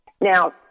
Now